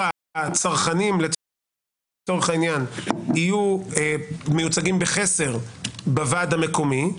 הצרכנים לצורך העניין יהיו מיוצגים בחסר בוועד המקומי,